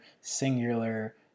singular